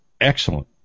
Excellent